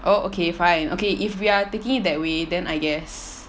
oh okay fine okay if we are taking it that way then I guess